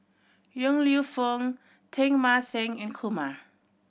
Yong Lew Foong Teng Mah Seng and Kumar